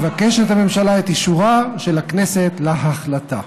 מבקשת הממשלה את אישורה של הכנסת להחלטה.